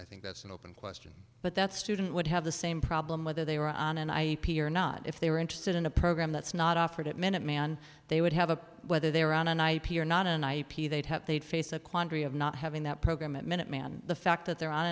i think that's an open question but that student would have the same problem whether they were on and i are not if they were interested in a program that's not offered at minuteman they would have a whether they were on an ip or not an ip they'd have they'd face a quandary of not having that program at minuteman the fact that they're on